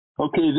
Okay